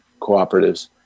cooperatives